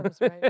right